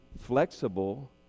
flexible